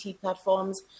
platforms